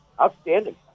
outstanding